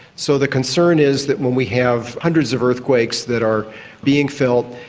so the concern is that when we have hundreds of earthquakes that are being felt,